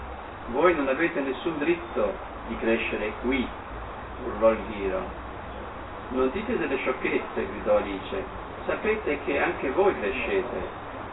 voi non avete nessun dritto di crescere quì urlò il ghiro non dite delle sciocchezze gridò alice sapete che anche voi crescete